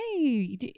Hey